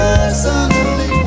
Personally